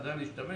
חדל להשתמש?